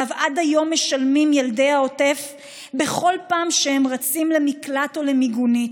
שעליו משלמים עד היום ילדי העוטף בכל פעם שהם רצים למקלט או למיגונית.